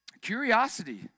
Curiosity